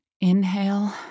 Inhale